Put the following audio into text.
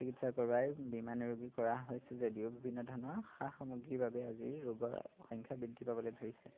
চিকিৎসা কৰোৱাই কৰা হৈছে যদিও বিভিন্ন ধৰণৰ সা সামগ্ৰীৰ বাবে আজি ৰোগৰ সংখ্যা বৃদ্ধি পাবলৈ ধৰিছে